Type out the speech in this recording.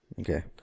Okay